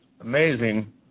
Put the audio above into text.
Amazing